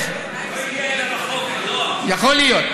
יכול להיות.